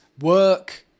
work